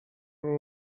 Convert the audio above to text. are